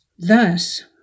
Thus